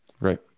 Right